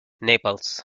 naples